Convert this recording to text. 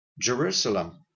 Jerusalem